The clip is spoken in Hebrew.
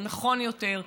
הוא נכון יותר,